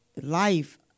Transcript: life